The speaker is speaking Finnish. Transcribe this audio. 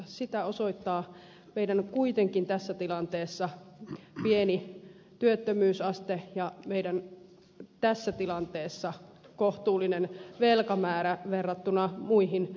sitä osoittaa meidän kuitenkin tässä tilanteessa pieni työttömyysasteemme ja meidän tässä tilanteessa kohtuullinen velkamäärämme verrattuna muihin maihin